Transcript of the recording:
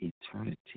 eternity